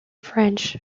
french